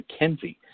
McKenzie